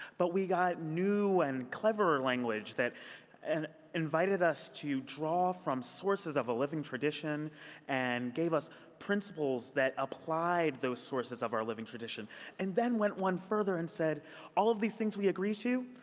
but we got new and cleverer language that invited us to draw from sources of a living tradition and gave us principles that applied those sources of our living tradition and then went one further and said all of these things we agree to?